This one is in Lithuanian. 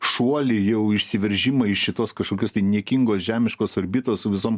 šuolį jau išsiveržimai iš šitos kažkokios tai niekingos žemiškos orbitos su visom